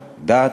דת,